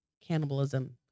Cannibalism